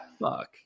fuck